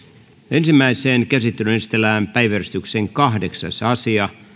ensimmäiseen käsittelyyn esitellään päiväjärjestyksen kahdeksas asia